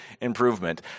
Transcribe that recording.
improvement